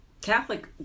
Catholic